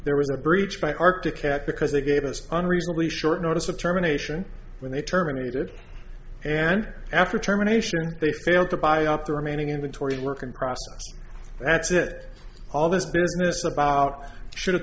there was a breach by arctic cat because they gave us unreasonably short notice of terminations when they terminated and after terminations they failed to buy up the remaining inventory work in process that's it all this business about should have